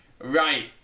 Right